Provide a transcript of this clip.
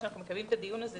שאנחנו מקיימים את הדיון הזה,